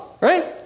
right